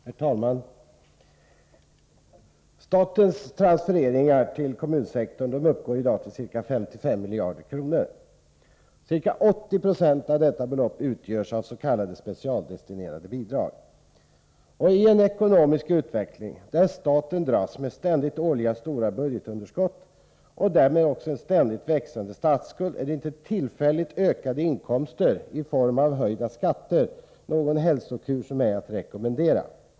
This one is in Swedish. Herr talman! Statens transfereringar till kommunsektorn uppgår i dag till ca 55 miljarder kronor. Ca 80 96 av detta belopp utgörs av s.k. specialdestinerade bidrag. I en ekonomisk utveckling där staten ständigt dras med årliga stora budgetunderskott och därmed också en stadigt växande statsskuld, är inte tillfälligt ökade inkomster i form av höjda skatter någon hälsokur som är att rekommendera.